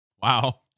Wow